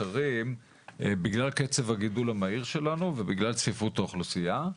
אחרים בגלל קצב הגידול המהיר שלנו ובגלל צפיפות האוכלוסייה.